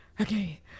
okay